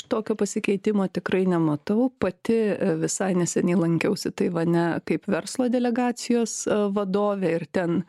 tokio pasikeitimo tikrai nematau pati visai neseniai lankiausi taivane kaip verslo delegacijos vadovė ir ten